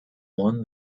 won